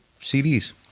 CDs